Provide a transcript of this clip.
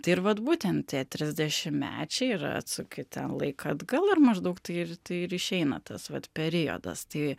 tai ir vat būtent tie trisdešimtmečiai ir atsuki ten laiką atgal ir maždaug tai ir tai ir išeina tas vat periodas tai